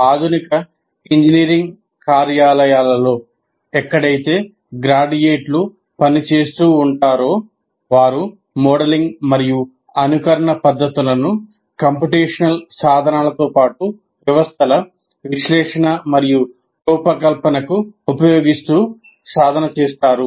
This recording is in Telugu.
ఆధునిక ఇంజనీరింగ్ కార్యాలయాలలోఎక్కడైతే గ్రాడ్యుయేట్లు పని చేస్తూ ఉంటారూ వారు మోడలింగ్ మరియు అనుకరణ పద్ధతులను కంప్యూటేషనల్ సాధనాలతో పాటు వ్యవస్థల విశ్లేషణ మరియు రూపకల్పనకు ఉపయోగిస్తూ సాధన చేస్తారు